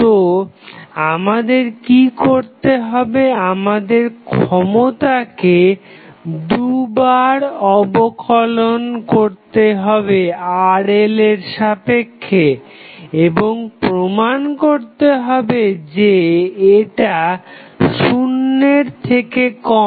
তো আমাদের কি করতে হবে আমাদের ক্ষমতাকে দুবার অবকলন করতে হবে RL এর সাপেক্ষে এবং প্রমাণ করতে হবে যে এটা শূনের থেকে কম